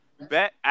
bet